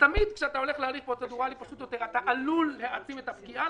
תמיד כשאתה הולך להליך פרוצדורלי פשוט יותר אתה עלול להעצים את הפגיעה,